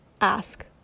ask